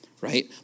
right